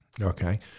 okay